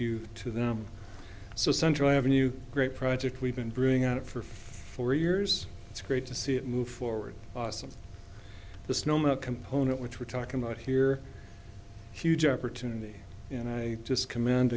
you to them so central avenue great project we've been brewing out for for four years it's great to see it move forward awesome the snowmelt component which we're talking about here huge opportunity and i just commend